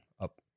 up